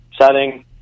setting